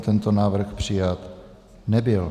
Tento návrh přijat nebyl.